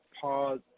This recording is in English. pause